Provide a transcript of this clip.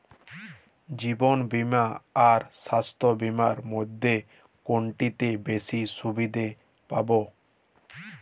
জীবন বীমা আর স্বাস্থ্য বীমার মধ্যে কোনটিতে বেশী সুবিধে পাব?